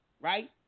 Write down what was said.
Right